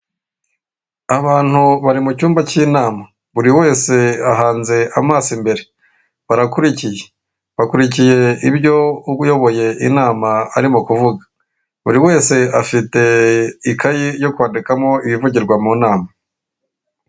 Abantu bari mu cyumba cy'inama buri wese ahanze amaso imbere barakurikiye, bakurikiye ibyo uyoboye inama arimo kuvuga, buri wese afite ikaye yo kwandikamo ibivugirwa mu nama.